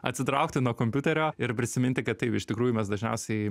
atsitraukti nuo kompiuterio ir prisiminti kad taip iš tikrųjų mes dažniausiai